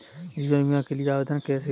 जीवन बीमा के लिए आवेदन कैसे करें?